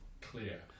clear